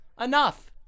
Enough